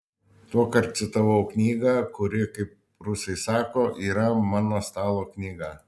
tuokart citavau knygą kuri kaip rusai sako yra mano stalo knyga